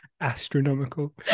Astronomical